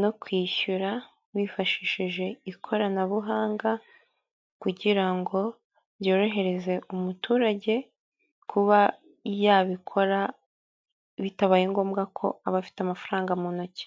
no kwishyura bifashishije ikoranabuhanga kugira ngo byorohereze umuturage kuba yabikora bitabaye ngombwa ko abafite amafaranga mu ntoki.